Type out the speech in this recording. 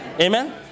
Amen